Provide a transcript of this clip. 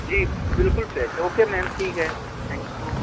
جی بالکل fresh okay ma'am ٹھیک ہے تھینک یو